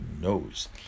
knows